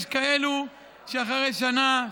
יש כאלה שאחרי שנה,